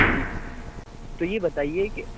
جی تو یہ بتائیے کہ